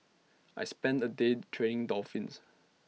I spent A day training dolphins